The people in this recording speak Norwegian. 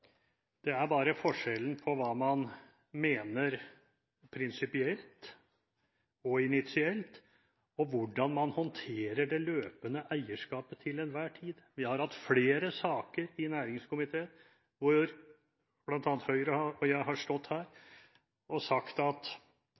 Det er bare forskjellen på hva man mener prinsipielt og initialt, og hvordan man til enhver tid håndterer det løpende eierskapet. Vi har hatt flere saker i næringskomiteen hvor bl.a. Høyre – og jeg – har